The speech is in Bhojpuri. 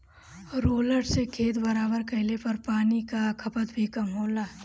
रोलर से खेत बराबर कइले पर पानी कअ खपत भी कम होला